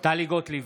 טלי גוטליב,